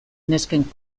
nesken